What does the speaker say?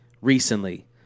recently